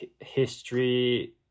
history